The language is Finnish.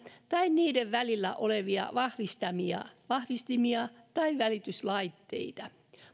tai niiden välillä olevia vahvistimia vahvistimia tai välityslaitteita